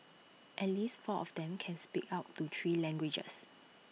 at least four of them can speak up to three languages